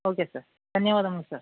okay sir ధన్యవాదములు sir